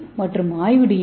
ஏ மற்றும் ஆய்வு டி